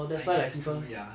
I guess true ya